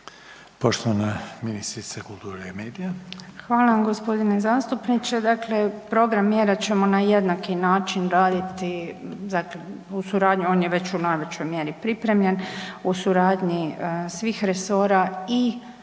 Poštovana ministrica kulture i medija. **Obuljen Koržinek, Nina** Hvala vam gospodine zastupniče. Dakle, program mjera ćemo na jednaki način raditi, on je već u najvećoj mjeri pripremljen, u suradnji svih resora i naravno